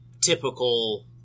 typical